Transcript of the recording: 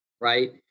right